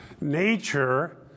Nature